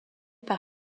par